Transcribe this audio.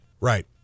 right